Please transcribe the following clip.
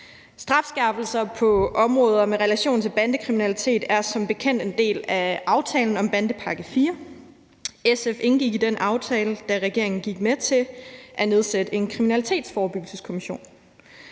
Strafskærpelser på områder med relation til bandekriminalitet er som bekendt en del af aftalen om bandepakke IV. SF indgik i den aftale, da regeringen gik med til at nedsætte en kriminalitetsforebyggelsekommission.